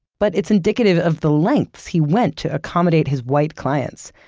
but it's indicative of the lengths he went to accommodate his white clients.